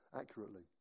accurately